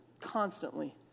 constantly